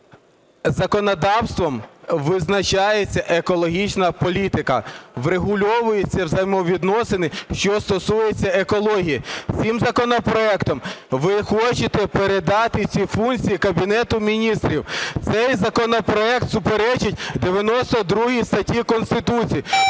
законодавством визначається екологічна політика, врегульовуються взаємовідносини, що стосується екології. Цим законопроектом ви хочете передати ці функції Кабінету Міністрів. Цей законопроект суперечить 92 статті Конституції.